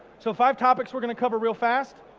so five topics we're gonna cover real fast.